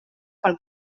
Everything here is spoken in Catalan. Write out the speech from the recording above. pel